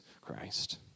Christ